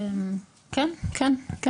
כן, כן.